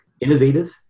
innovative